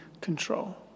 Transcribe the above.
control